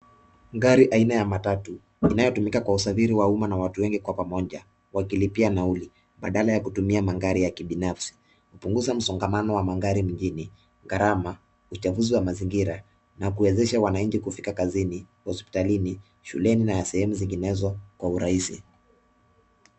Gari aina ya matatu inayotumika kwa usafiri wa umma na watu wengi kwa pamoja wakilipia nauli badala ya kutumia magari ya kibinafsi. Huzuia msongamano wa magari mjini, gharama, uchafuzi wa mazingira na kuwawezasha wananchi kufika kazini, hospitalini, shuleni na sehemu nyinginezo kwa urahisi.